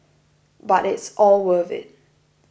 but it's all worth it